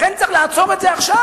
לכן צריך לעצור את זה עכשיו,